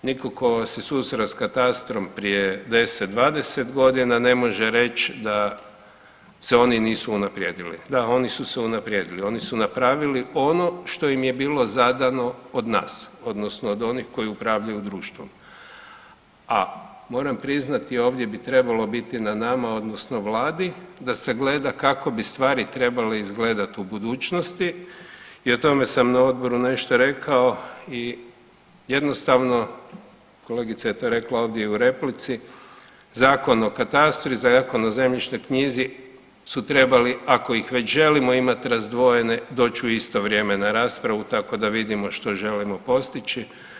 Nitko tko se susreo sa katastrom prije 10, 20 godina ne može reći da se oni nisu unaprijedili, da oni su se unaprijedili, oni su napravili ono što im je bilo zadano od nas odnosno od onih koji upravljaju društvom, a moram priznati ovdje bi trebalo biti na nama odnosno vladi da sagleda kako bi stvari trebale izgledati u budućnosti i o tome sam na odboru nešto rekao i jednostavno kolegica je to rekla ovdje i u replici Zakon o katastru i Zakon o zemljišnoj knjizi su trebali ako ih već želimo imati razdvojene doći u isto vrijeme na raspravu tako da vidimo što želimo postići.